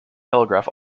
telegraph